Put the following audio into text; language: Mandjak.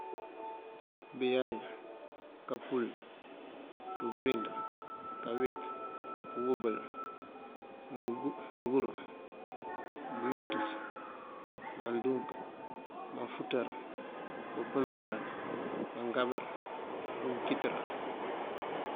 Biyáay, kapύul, pibёrind, kaweet, pёwёbёl, mёngu- mёngur, bёwiţёs, mandúunk, manfuţar, pёpёn ucáak, mangámbar, mёnkitёrá.